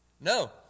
No